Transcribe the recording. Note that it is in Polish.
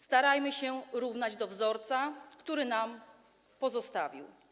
Starajmy się równać do wzorca, który nam pozostawił.